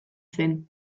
zen